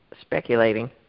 speculating